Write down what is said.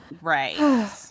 right